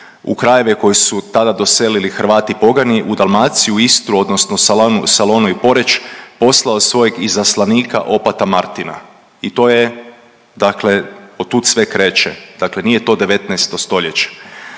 u krajeve u koje su tada doselili Hrvati pogani u Dalmaciju, Istru odnosno Salonu i Poreč, poslao svojeg izaslanika opata Martina. I to je dakle od tud sve kreće. Dakle nije to 19. stoljeće.